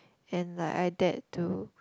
and like I dared to